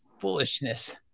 foolishness